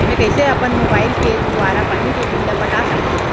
मैं कइसे अपन मोबाइल के दुवारा पानी के बिल ल पटा सकथव?